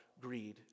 greed